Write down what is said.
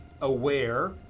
aware